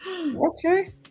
okay